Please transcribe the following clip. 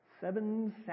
Seven